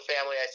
family